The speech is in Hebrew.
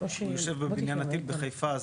אני חושב בבניין הטיל בחיפה,